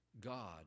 God